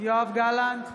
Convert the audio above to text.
יואב גלנט,